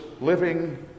living